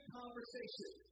conversation